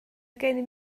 gennym